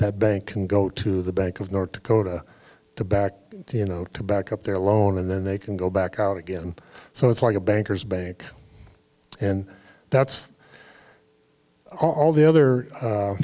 that bank can go to the bank of north dakota to back you know to back up their loan and then they can go back out again so it's like a banker's bank and that's all the other